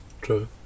True